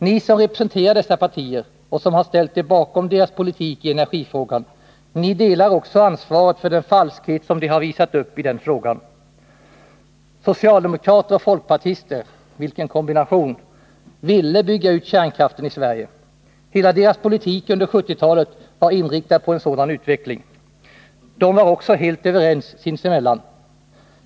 Ni representerar dessa partier och har ställt er bakom deras politik i energifrågan. Ni delar också ansvaret för den falskhet som de har visat upp i den frågan. Socialdemokrater och folkpartister — vilken kombination! — ville bygga ut kärnkraften i Sverige. Hela deras politik under 1970-talet var inriktad på en sådan utveckling. De var också helt överens sinsemellan.